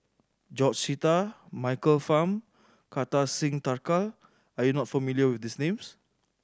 George Sita Michael Fam Kartar Singh Thakral are you not familiar with these names